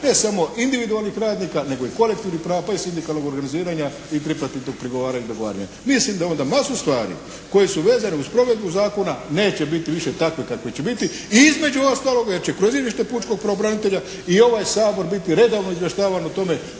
ne samo individualnih radnika, nego i kolektivnih prava, pa i sindikalnog organiziranja i …/Govornik se ne razumije./… pregovaranja i dogovaranja. Mislim da onda masu stvari koje su vezane uz provedbu zakona neće biti više takve kakve će biti i između ostaloga jer će kroz izvješće pučkog pravobranitelja i ovaj Sabor biti redovno izvještavan o tome